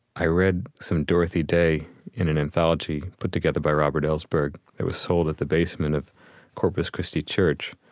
i read some dorothy day in an anthology put together by robert ellsberg. it was sold at the basement of corpus christi church.